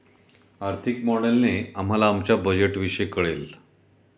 आर्थिक मॉडेलने आम्हाला आमच्या बजेटविषयी कळेल